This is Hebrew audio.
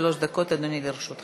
עד שלוש דקות, אדוני, לרשותך.